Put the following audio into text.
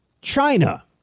China